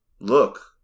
look